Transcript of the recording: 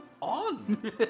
on